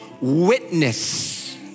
witness